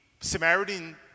Samaritan